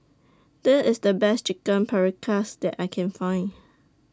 This IS The Best Chicken Paprikas that I Can Find